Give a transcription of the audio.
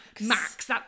max